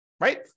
right